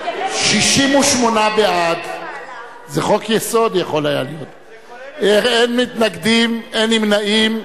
68 בעד, אחד נגד, אין נמנעים.